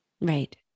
Right